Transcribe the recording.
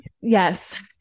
Yes